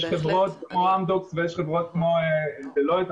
יש חברות כמו אמדוקס ויש חברות כמו דלויט,